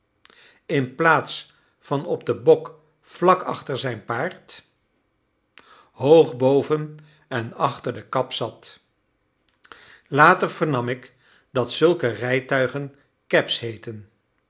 inplaats van op den bok vlak achter zijn paard hoog boven en achter de kap zat later vernam ik dat zulke rijtuigen cabs heeten